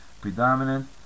predominant